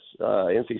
NC